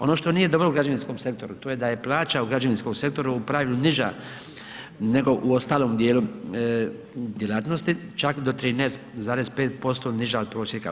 Ono što nije dobro u građevinskom sektoru, to je da je plaća u građevinskom sektoru u pravilu niša nego u ostalom dijelu djelatnosti čak do 13,5% niža od prosjeka.